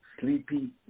sleepy